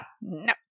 No